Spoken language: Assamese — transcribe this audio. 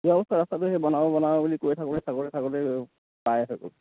সেইয়াও চবে বনাব বনাব বুলি কৈ থাকোঁতে থাকোঁতে থাকোঁতে পাই থাকোঁ